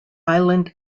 island